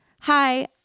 hi